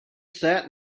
sat